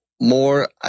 more